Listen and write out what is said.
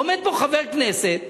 עומד פה חבר כנסת ואומר: